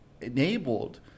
enabled